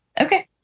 okay